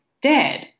dead